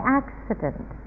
accident